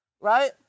right